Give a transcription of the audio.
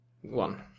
one